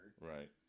right